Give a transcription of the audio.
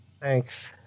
Thanks